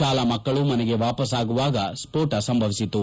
ಶಾಲಾ ಮಕ್ಕಳು ಮನೆಗೆ ವಾಪಸ್ ಆಗುವಾಗ ಸ್ವೋಟ ಸಂಭವಿಸಿತು